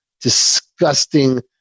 disgusting